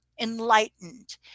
enlightened